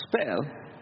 spell